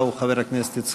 חברי הכנסת,